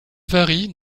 varient